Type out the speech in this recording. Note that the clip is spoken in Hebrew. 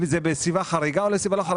אם זה נסיבה חריגה או לא חריגה.